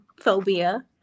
phobia